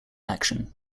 action